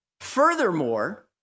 Furthermore